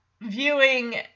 Viewing